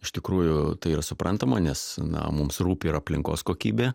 iš tikrųjų tai yra suprantama nes na mums rūpi ir aplinkos kokybė